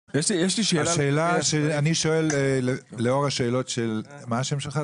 אני שואל, לאור השאלות של מה השם שלך?